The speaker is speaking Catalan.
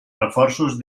reforços